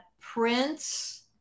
prince